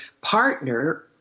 partner